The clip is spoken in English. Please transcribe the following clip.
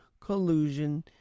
collusion